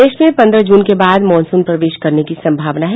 प्रदेश में पन्द्रह जून के बाद मॉनसून प्रवेश करने की संभावना है